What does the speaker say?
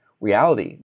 reality